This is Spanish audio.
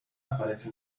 aparece